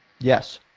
Yes